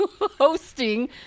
hosting